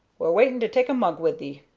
we're waiting to take a mug wi' thee.